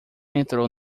entrou